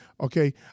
okay